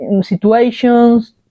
situations